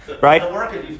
Right